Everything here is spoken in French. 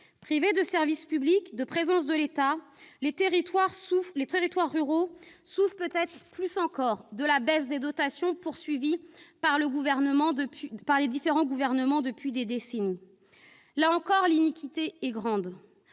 Privés de services publics et de présence de l'État, les territoires ruraux souffrent peut-être plus encore de la baisse des dotations poursuivies par les différents gouvernements depuis des décennies. Là encore, l'iniquité est grande.